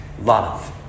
love